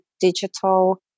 digital